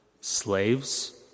Slaves